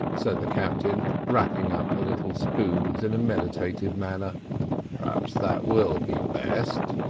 said the captain, wrapping up the little spoons in a meditative manner perhaps that will be best.